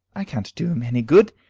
i can't do him any good.